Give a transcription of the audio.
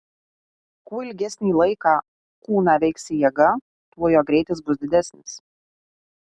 kuo ilgesnį laiką kūną veiks jėga tuo jo greitis bus didesnis